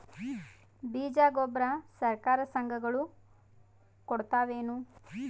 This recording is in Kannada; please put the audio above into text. ಬೀಜ ಗೊಬ್ಬರ ಸರಕಾರ, ಸಂಘ ಗಳು ಕೊಡುತಾವೇನು?